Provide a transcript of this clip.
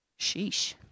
Sheesh